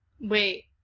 Wait